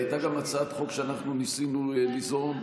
הייתה גם הצעת חוק שאנחנו ניסינו ליזום,